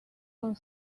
for